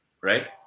right